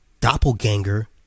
doppelganger